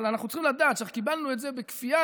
אבל אנחנו צריכים לדעת שכשקיבלנו את זה בכפייה,